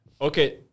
Okay